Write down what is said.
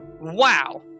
wow